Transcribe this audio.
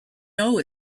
know